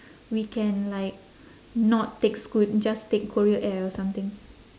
we can like not take scoot just take korean air or something